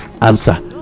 answer